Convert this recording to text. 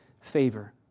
favor